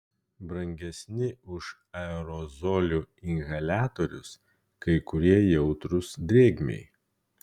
brangesni už aerozolių inhaliatorius kai kurie jautrūs drėgmei